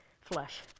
flesh